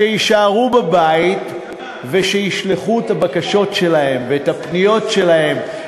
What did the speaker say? ברור, למה מגיע להם?